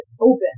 open